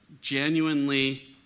Genuinely